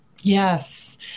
Yes